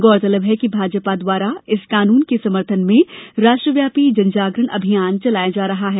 गौरतलब है कि भाजपा द्वारा इस कानून के समर्थन में राष्ट्रव्यापी जनजागरण अभियान चलाया जा रहा है